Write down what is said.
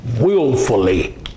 willfully